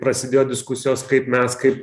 prasidėjo diskusijos kaip mes kaip